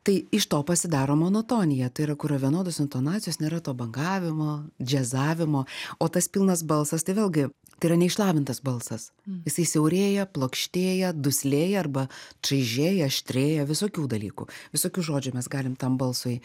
tai iš to pasidaro monotonija tai yra kur yra vienodos intonacijos nėra to bangavimo džiazavimo o tas pilnas balsas tai vėlgi tai yra neišlavintas balsas jisai siaurėja plokštėja duslėja arba čaižėja aštrėja visokių dalykų visokių žodžių mes galim tam balsui